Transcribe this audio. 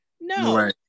No